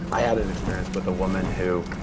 i had an experience with a woman who